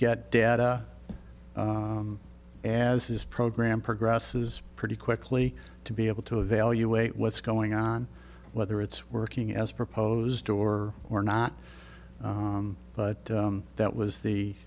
get data as this program progresses pretty quickly to be able to evaluate what's going on whether it's working as proposed or or not but that was the